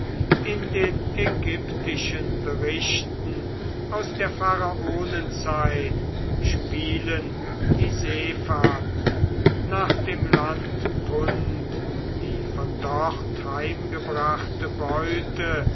in den ägyptischen berichten aus der pharaonenzeit spielen die seefahrten nach dem land punt die von dort heimgebrachte beute